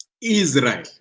Israel